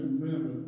remember